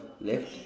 left